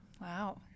Wow